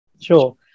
Sure